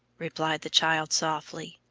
replied the child softly.